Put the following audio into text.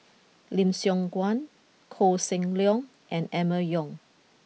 Lim Siong Guan Koh Seng Leong and Emma Yong